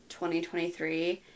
2023